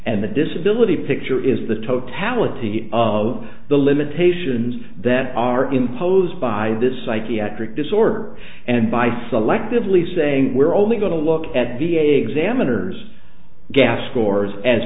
and the disability picture is the totality of the limitations that are imposed by this psychiatric disorder and by selectively saying we're only going to look at v a examiners gas corps as